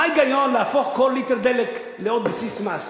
מה ההיגיון להפוך כל ליטר דלק לעוד בסיס מס?